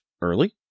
early